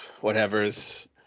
whatever's